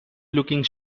looking